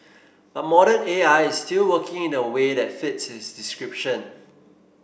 but modern A I is still working in a way that fits his description